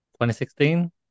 2016